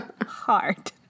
hard